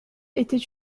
était